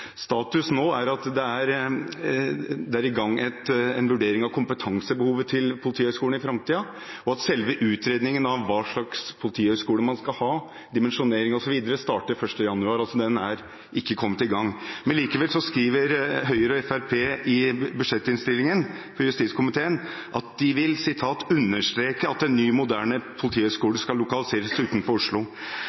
Status nå er at det er i gang en vurdering av kompetansebehovet til Politihøgskolen i framtiden, og at selve utredningen av hva slags politihøgskole man skal ha, dimensjonering osv., starter 1. januar. Den er altså ikke kommet i gang. Likevel skriver Høyre og Fremskrittspartiet i budsjettinnstillingen for justiskomiteen at de vil «understreke at en ny, moderne PHS skal lokaliseres utenfor Oslo».